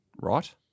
Right